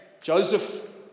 Joseph